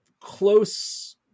close